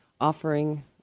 offering